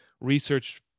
research